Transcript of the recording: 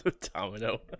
Domino